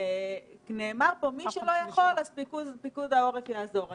ונאמר כאן שמי שלא יכול, פיקוד העורף יעזור.